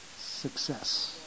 success